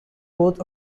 both